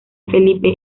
felipe